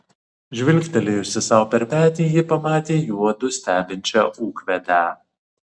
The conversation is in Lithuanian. žvilgtelėjusi sau per petį ji pamatė juodu stebinčią ūkvedę